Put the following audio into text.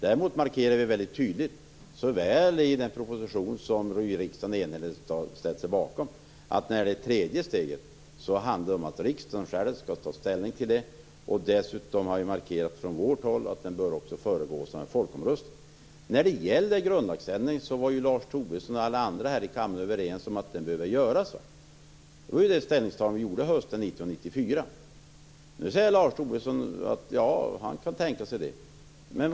Däremot markerar vi väldigt tydligt när det gäller den proposition som riksdagen enhälligt har ställt sig bakom att riksdagen självt skall ta ställning till det tredje steget. Dessutom har vi från vårt håll markerat att ställningstagandet bör föregås av en folkomröstning. Lars Tobisson och alla andra här i kammaren var överens om att man behövde göra en grundlagsändring. Det var det ställningstagande vi gjorde hösten 1994. Nu säger Lars Tobisson att han kan tänka sig detta.